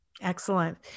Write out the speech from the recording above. Excellent